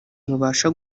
mubasha